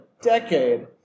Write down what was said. decade